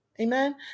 Amen